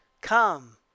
Come